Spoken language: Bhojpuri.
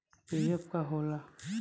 पी.एफ का होला?